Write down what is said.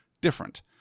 different